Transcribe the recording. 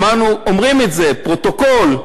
אמרנו: אומרים את זה, זה בפרוטוקול.